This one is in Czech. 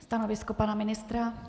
Stanovisko pana ministra?